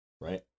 right